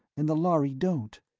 and the lhari don't.